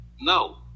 No